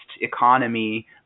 economy